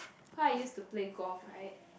cause I used to play golf right